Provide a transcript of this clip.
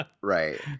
right